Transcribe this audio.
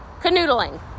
canoodling